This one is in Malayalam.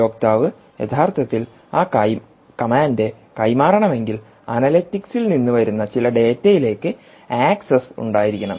ഉപയോക്താവ് യഥാർത്ഥത്തിൽ ആ കമാൻഡ് കൈമാറണമെങ്കിൽ അനലിറ്റിക്സിൽanalytics നിന്ന് വരുന്ന ചില ഡാറ്റയിലേക്ക് ആക്സസ് ഉണ്ടായിരിക്കണം